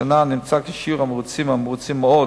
נמצא כי שיעור המרוצים או המרוצים מאוד